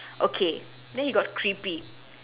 okay then he got creepy